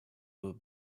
will